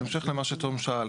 בהמשך למה שתום שאל,